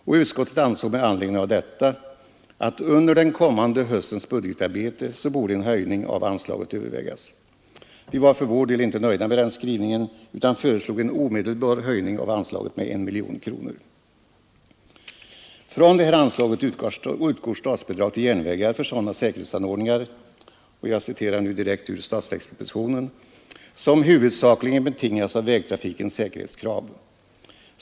Och utskottet ansåg med anledning av detta att under den kommande höstens budgetarbete borde en höjning av anslaget övervägas. Vi var för vår del inte nöjda med den skrivningen utan föreslog en omedelbar höjning av anslaget med 1 miljon kronor. Från det här anslaget utgår statsbidrag till järnvägar för sådana säkerhetsanordningar — jag citerar nu direkt ur statsverkspropositionen — ”som huvudsakligen betingas av vägtrafikens säkerhetskrav.